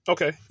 Okay